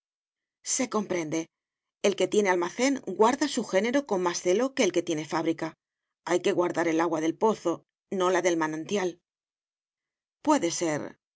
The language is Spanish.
se comprende el que tiene almacén guarda su género con más celo que el que tiene fábrica hay que guardar el agua del pozo no la del manantial puede ser